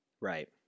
Right